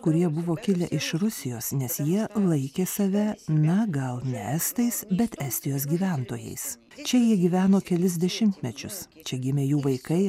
kurie buvo kilę iš rusijos nes jie laikė save na gal ne estais bet estijos gyventojais čia jie gyveno kelis dešimtmečius čia gimė jų vaikai